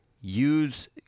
use